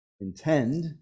intend